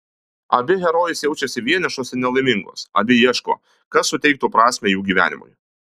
abi herojės jaučiasi vienišos ir nelaimingos abi ieško kas suteiktų prasmę jų gyvenimui